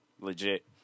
legit